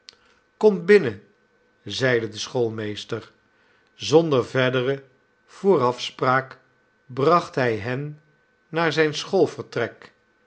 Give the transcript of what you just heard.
komt binnen zeide de schoolmeester zonder verdere voorafspraak bracht hij hen naar zijn